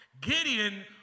Gideon